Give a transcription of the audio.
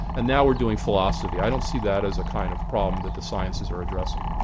and now we're doing philosophy. i don't see that as a kind of problem that the sciences are addressing.